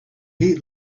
heat